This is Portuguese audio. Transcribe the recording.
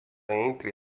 entre